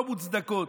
לא מוצדקות,